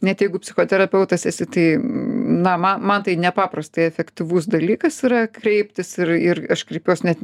net jeigu psichoterapeutas esi tai na ma man tai nepaprastai efektyvus dalykas tai yra kreiptis ir ir aš kreipiuos net